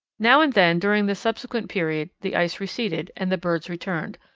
now and then during the subsequent period the ice receded and the birds returned,